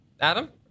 Adam